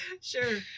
Sure